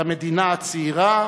למדינה הצעירה,